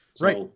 Right